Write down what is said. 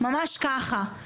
ממש ככה.